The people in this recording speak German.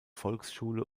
volksschule